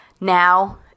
now